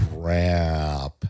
crap